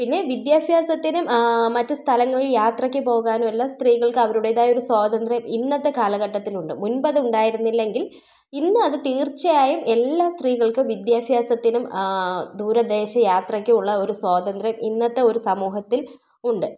പിന്നെ വിദ്യാഭ്യാസത്തിനും മറ്റ് സ്ഥലങ്ങളിൽ യാത്രക്ക് പോകാനും എല്ലാം സ്ത്രീകൾക്ക് അവരുടേതായ ഒരു സ്വാതന്ത്ര്യം ഇന്നത്തെ കാലഘട്ടത്തിലുണ്ട് മുൻപ് അതുണ്ടായിരുന്നില്ലെങ്കിൽ ഇന്നത് തീർച്ചയായും എല്ലാ സ്ത്രീകൾക്കും വിദ്യാഭ്യാസത്തിനും ദൂര ദേശ യാത്രക്കുള്ള ഒരു സ്വാതന്ത്ര്യം ഇന്നത്തെ ഒരു സമൂഹത്തിൽ ഉണ്ട്